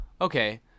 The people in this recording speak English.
okay